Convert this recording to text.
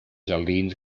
jardins